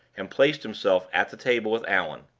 and placed himself at the table with allan.